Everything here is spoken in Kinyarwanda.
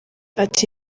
ati